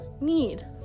need